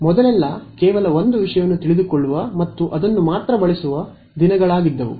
ಮೊದಲೆಲ್ಲ ಕೇವಲ ಒಂದು ವಿಷಯವನ್ನು ತಿಳಿದುಕೊಳ್ಳುವ ಮತ್ತು ಅದನ್ನು ಮಾತ್ರ ಬಳಸುವ ದಿನಗಳಾಗಿದ್ದವು